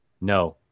No